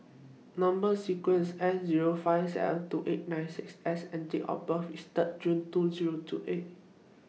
Number sequence IS S Zero five seven two eight nine six S and Date of birth IS Third June two Zero two eight